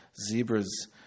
Zebras